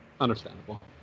Understandable